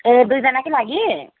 ए दुईजनाकै लागि